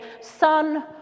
son